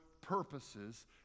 purposes